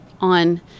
on